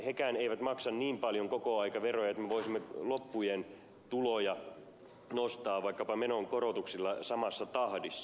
hekään eivät maksa niin paljon koko ajan veroja että voisimme loppujen tuloja nostaa vaikkapa menon korotuksilla samassa tahdissa